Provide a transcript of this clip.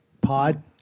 pod